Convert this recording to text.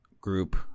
group